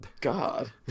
God